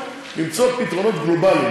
אז ניסינו למצוא פתרונות גלובליים.